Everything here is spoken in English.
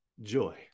joy